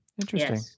Interesting